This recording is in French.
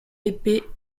épais